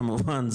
כמובן,